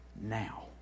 now